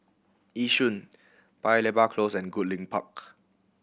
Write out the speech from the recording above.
Yishun Paya Lebar Close and Goodlink Park